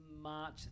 March